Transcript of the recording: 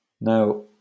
now